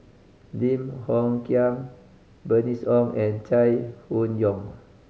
Lim Hng Kiang Bernice Ong and Chai Hon Yoong